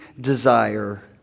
desire